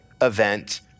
event